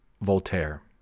Voltaire